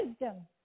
wisdom